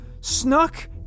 snuck